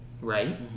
Right